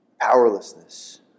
powerlessness